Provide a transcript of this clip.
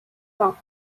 thought